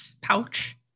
pouch